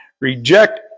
reject